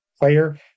player